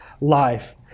life